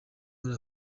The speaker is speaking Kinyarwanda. muri